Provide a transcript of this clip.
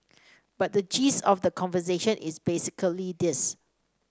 but the gist of the conversation is basically this